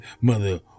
mother